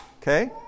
Okay